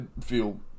feel